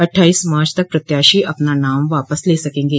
अट्ठाईस मार्च तक प्रत्याशी अपना नाम वापस ले सकेंगे